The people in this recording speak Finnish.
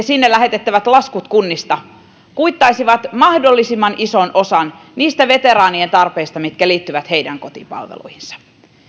sinne lähetettäisiin laskut kunnista kuittaisi mahdollisimman ison osan niistä veteraanien tarpeista mitkä liittyvät heidän kotipalveluihinsa